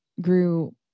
grew